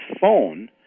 phone